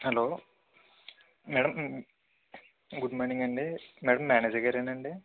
hollow madam కొంచ good morning అండి madam మేనేజర్గారెనా అండి